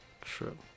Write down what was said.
True